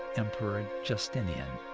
emperor justinian.